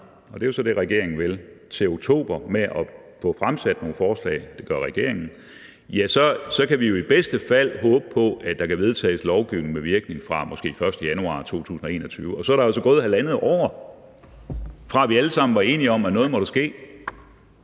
og det er jo så det, den vil – til oktober med at få fremsat nogle forslag, så kan vi jo i bedste fald håbe på, at der måske kan vedtages lovgivning med virkning fra den 1. januar 2021. Og så er der altså gået halvandet år, siden vi alle sammen var enige om, at der måtte ske